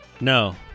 No